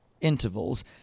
intervals